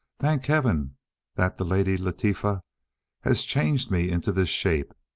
thank heaven that the lady latifa has changed me into this shape,